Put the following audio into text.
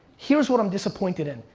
here's what i'm disappointed in,